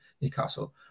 Newcastle